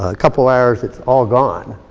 ah couple hours, it's all gone.